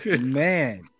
Man